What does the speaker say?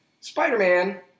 spider-man